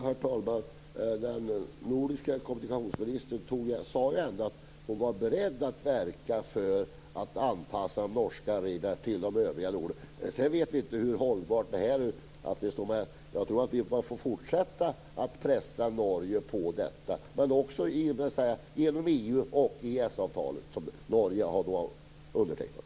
Herr talman! Den norska kommunikationsministern sade att hon var beredd att verka för att anpassa de norska reglerna till övriga Norden. Sedan vet vi inte hur hållbart det är. Jag tror att vi får fortsätta att pressa Norge på den punkten. Det får också ske genom EU och EES-avtalet som Norge har undertecknat.